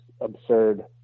absurd